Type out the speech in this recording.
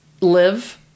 live